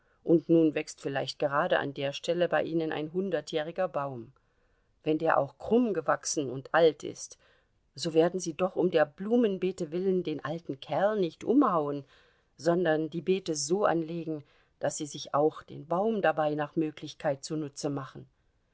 und nun wächst vielleicht gerade an der stelle bei ihnen ein hundertjähriger baum wenn der auch krumm gewachsen und alt ist so werden sie doch um der blumenbeete willen den alten kerl nicht umhauen sondern die beete so anlegen daß sie sich auch den baum dabei nach möglichkeit zunutze machen